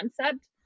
concept